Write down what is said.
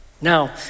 Now